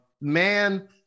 man